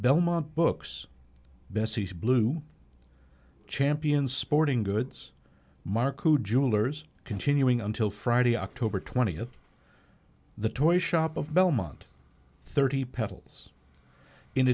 belmont books bessie's blue champion sporting goods markku jewelers continuing until friday october twentieth the toy shop of belmont thirty petals in